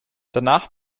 danach